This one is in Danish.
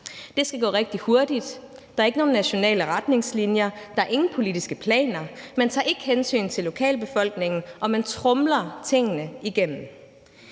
Det skal gå rigtig hurtigt, der er ikke nogen nationale retningslinjer, der er ingen politiske planer, man tager ikke hensyn til lokalbefolkningen, og man tromler tingene igennem.